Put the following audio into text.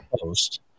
Post